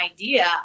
idea